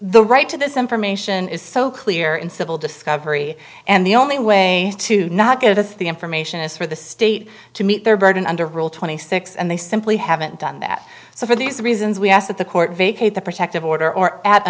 the right to this information is so clear in civil discovery and the only way to not give us the information is for the state to meet their burden under rule twenty six and they simply haven't done that so for these reasons we ask that the court vacate the protective order or at a